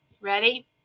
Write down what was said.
ready